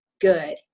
good